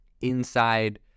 inside